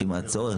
לפי הצורך?